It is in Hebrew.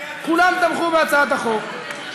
כולם תמכו בהצעת החוק.